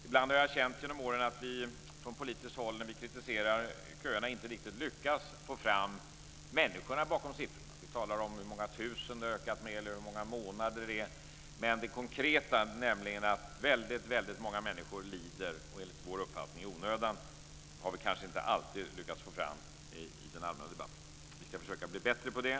Ibland har jag känt genom åren att vi från politiskt håll när vi kritiserar köerna inte riktigt lyckas få fram människorna bakom siffrorna. Vi talar om hur många tusen de har ökat med eller hur många månader det är, men det konkreta, nämligen att väldigt många människor lider - enligt vår uppfattning i onödan - har vi kanske inte alltid lyckats få fram i den allmänna debatten. Vi ska försöka bli bättre på det.